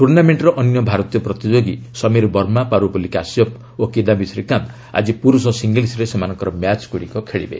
ଟୁର୍ଣ୍ଣାମେଣ୍ଟର ଅନ୍ୟ ଭାରତୀୟ ପ୍ରତିଯୋଗୀ ସମୀର ବର୍ମା ପାରୁପଲ୍ଲୀ କାଶ୍ୟପ ଓ କିଦାୟୀ ଶ୍ରୀକାନ୍ତ ଆଜି ପୁରୁଷ ସିଙ୍ଗିଲ୍ସରେ ସେମାନଙ୍କର ମ୍ୟାଚଗୁଡ଼ିକ ଖେଳିବେ